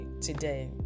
today